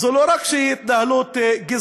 זו לא רק התנהלות גזענית,